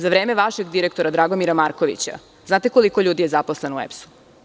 Za vreme vašeg direktora Dragomira Markovića, znate koliko je ljudi je zaposleno u EPS?